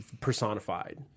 personified